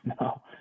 No